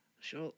Sure